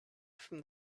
from